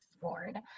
board